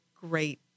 great